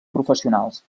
professionals